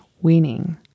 weaning